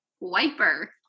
wiper